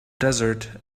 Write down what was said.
desert